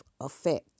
effect